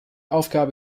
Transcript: aufgabe